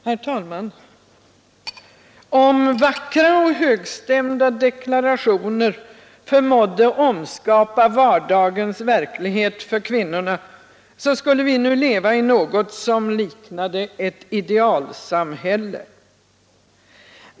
Herr talman! Om vackra och högstämda deklarationer förmådde omskapa vardagens verklighet för kvinnorna skulle vi nu leva i något som liknade ett idealsamhälle.